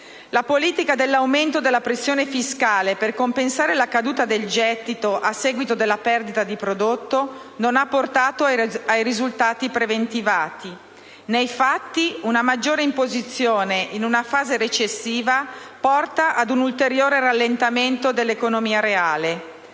La politica dell'aumento della pressione fiscale per compensare la caduta del gettito, a seguito della perdita di prodotto interno lordo, non ha portato ai risultati preventivati. Nei fatti, una maggiore imposizione in una fase recessiva porta ad un ulteriore rallentamento dell'economia reale.